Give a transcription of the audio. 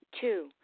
two